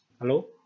Hello